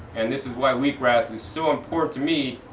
and this is why wheatgrass is so important to me.